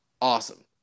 awesome